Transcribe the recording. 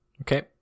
Okay